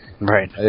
Right